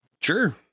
Sure